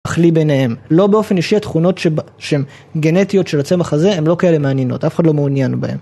אך לי ביניהם, לו באופן אישי, התכונות שהן גנטיות של הצמח הזה, הן לא כאלה מעניינות, אף אחד לא מעוניין בהן.